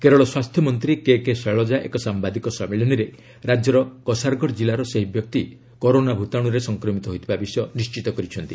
କେରଳ ସ୍ୱାସ୍ଥ୍ୟ ମନ୍ତ୍ରୀ କେକେ ଶୈଳଜା ଏକ ସାମ୍ବାଦିକ ସମ୍ମିଳନୀରେ ରାଜ୍ୟର କସାରଗଡ଼ କିଲ୍ଲାର ସେହି ବ୍ୟକ୍ତି କରୋନା ଭୂତାଣ୍ରରେ ସଂକ୍ରମିତ ହୋଇଥିବା ବିଷୟ ନିର୍ଣ୍ଣିତ କରିଛନ୍ତି